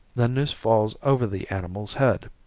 the noose falls over the animal's head.